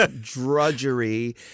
drudgery